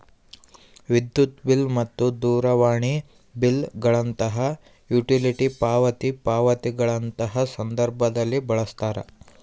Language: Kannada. ವಿದ್ಯುತ್ ಬಿಲ್ ಮತ್ತು ದೂರವಾಣಿ ಬಿಲ್ ಗಳಂತಹ ಯುಟಿಲಿಟಿ ಪಾವತಿ ಪಾವತಿಗಳಂತಹ ಸಂದರ್ಭದಲ್ಲಿ ಬಳಸ್ತಾರ